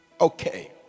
Okay